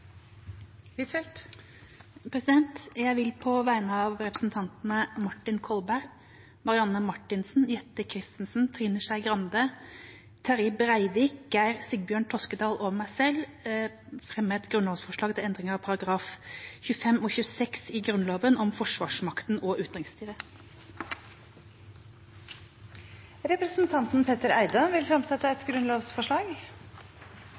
Jeg vil på vegne av representantene Martin Kolberg, Marianne Marthinsen, Jette F. Christensen, Trine Skei Grande, Terje Breivik, Geir Sigbjørn Toskedal og meg selv fremme et grunnlovsforslag om endring i §§ 25 og 26 i Grunnloven, om forsvarsmakten og utenriksstyret. Representanten Petter Eide vil